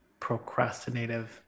procrastinative